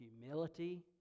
humility